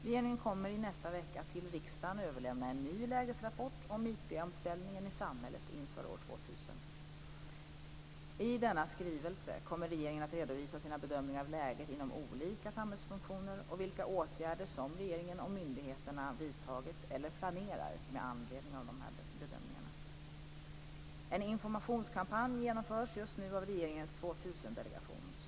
Regeringen kommer i nästa vecka att till riksdagen överlämna en ny lägesrapport om IT omställningen i samhället inför år 2000. I denna skrivelse kommer regeringen att redovisa sina bedömningar av läget inom olika samhällsfunktioner och vilka åtgärder som regeringen och myndigheterna vidtagit eller planerar med anledning av dessa bedömningar. En informationskampanj genomförs just nu av regeringens 2000-delegation.